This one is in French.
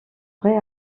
vrai